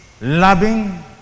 loving